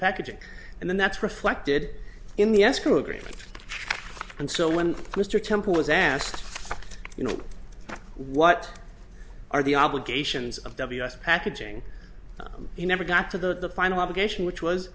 packaging and then that's reflected in the escrow agreement and so when mr temple was asked you know what are the obligations of the packaging he never got to the final obligation which was